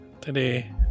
today